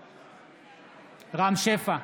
בעד רם שפע,